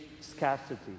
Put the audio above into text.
scarcity